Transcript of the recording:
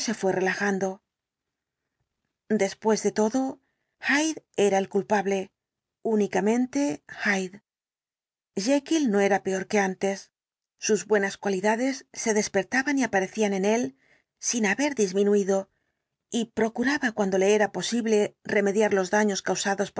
fué relajando después de todo hyde era el culpable únicamente hyde jekyll no era peor que antes sus buenas cualidades se despertaban y aparecían en él sin haber disminuido y procuraba cuando le era posible remediar los daños causados